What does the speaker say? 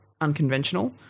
unconventional